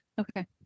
Okay